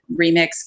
remix